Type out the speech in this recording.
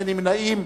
אין נמנעים.